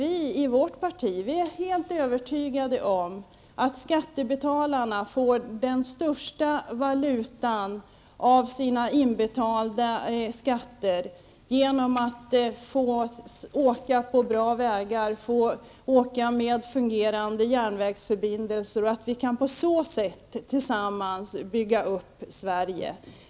I vårt parti är vi helt övertygade om att skattebetalarna får den största valutan av sina inbetalade skatter genom att få åka på bra vägar och med fungerande järnvägsförbindelser, och att vi på så sätt tillsammans kan bygga upp Sverige.